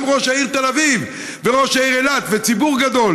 גם ראש עירית תל אביב וראש עירית אילת וציבור גדול,